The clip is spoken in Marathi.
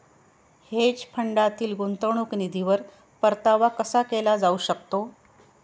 हेज फंडातील गुंतवणूक निधीवर परतावा कसा केला जाऊ शकतो?